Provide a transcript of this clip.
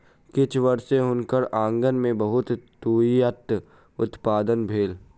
किछ वर्ष सॅ हुनकर आँगन में बहुत तूईत उत्पादन भेल